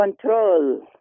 control